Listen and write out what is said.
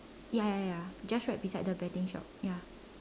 ya ya ya just right beside the betting shop ya